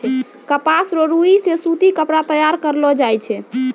कपास रो रुई से सूती कपड़ा तैयार करलो जाय छै